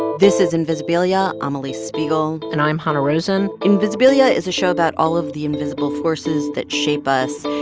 this is invisibilia. i'm alix spiegel and i'm hanna rosin invisibilia is a show about all of the invisible forces that shape us.